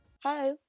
hi